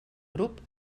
grup